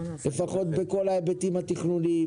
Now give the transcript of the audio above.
לפחות בכל ההיבטים התכנוניים.